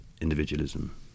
individualism